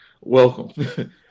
welcome